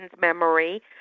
memory